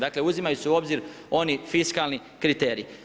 Dakle, uzimaju se u obzir oni fiskalni kriteriji.